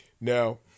Now